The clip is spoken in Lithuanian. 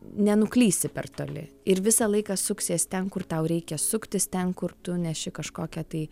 nenuklysi per toli ir visą laiką suksies ten kur tau reikia suktis ten kur tu neši kažkokią tai